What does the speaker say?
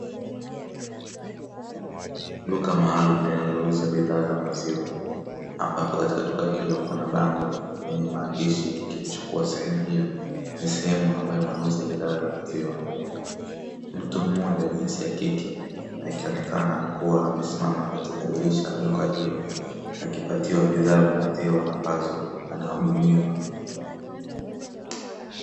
Duka maalumu linalouza bidhaa za maziwa ambapo katika duka hilo kuna bango lenye maandishi ikionyesha kuwa sehemu hiyo ni sehemu wanayouza bidhaa za maziwa, mtu mmoja wa jinsia ya kike akionekana kuwa amesimama katika dirisha la duka hilo akipatiwa bidhaa za maziwa ambazo anahudumiwa.